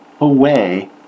away